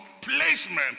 placement